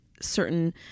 certain